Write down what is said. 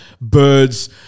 Birds